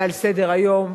מעל סדר-היום.